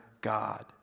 God